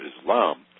Islam